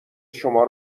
شما